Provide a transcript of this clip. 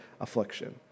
affliction